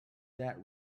that